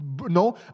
No